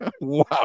Wow